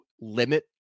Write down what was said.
limit